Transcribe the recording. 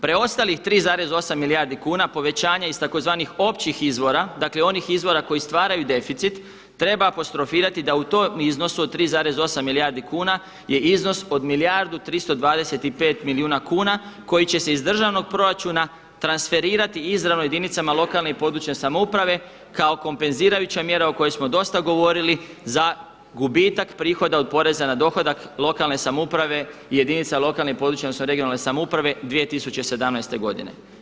Preostalih 3,8 milijardi kuna povećanje iz tzv. općih izvora, dakle onih izvora koji stvaraju deficit, treba apostrofirati da u tom iznosu od 3,8 milijardi kuna je iznos od milijardu 325 milijuna kuna koji će se iz državnog proračuna transferirati izravno jedinicama lokalne i područne samouprave kao kompenzirajuća mjera o kojoj smo dosta govorili za gubitak prihoda od poreza na dohodak lokalne samouprave, jedinica lokalne i područne odnosno regionalne samouprave 2017. godine.